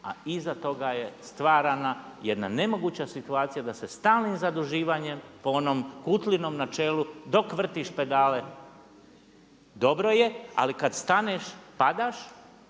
a iza toga je stvarana jedna nemoguća situacija da se stalnim zaduživanjem po onom Kutlinom načelu dok vrtiš pedale dobro je, ali kad staneš padaš